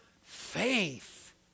faith